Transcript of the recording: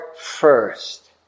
first